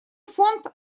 фонд